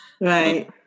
right